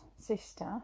sister